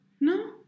No